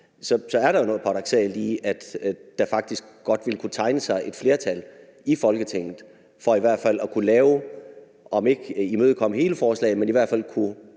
Der er jo noget paradoksalt i, at der faktisk godt ville kunne tegne sig et flertal i Folketinget for om ikke at imødekommehele forslaget så i hvert fald